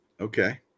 Okay